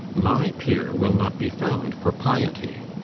my peer will not be found for piety.